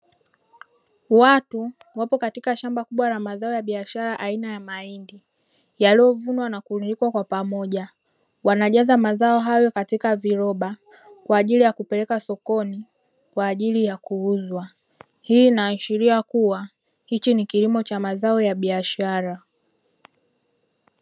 Watu wapo katika shamba kubwa la mazao ya biashara aina ya mahindi, yaliyovunwa na kurundikwa kwa pamoja. Wanajaza mazao hayo katika viroba kwa ajili ya kupeleka sokoni kwa ajili ya kuuzwa. Hii inaashiria kuwa hiki ni kilimo cha mazao ya biashara.